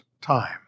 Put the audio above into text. time